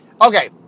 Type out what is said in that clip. Okay